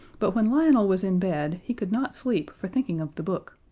but when lionel was in bed he could not sleep for thinking of the book,